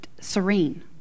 serene